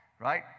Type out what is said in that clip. right